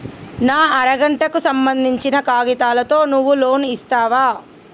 నా అర గంటకు సంబందించిన కాగితాలతో నువ్వు లోన్ ఇస్తవా?